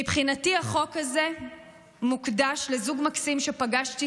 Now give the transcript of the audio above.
מבחינתי החוק הזה מוקדש לזוג מקסים שפגשתי